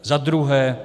Za druhé.